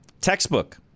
textbook